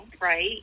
right